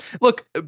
look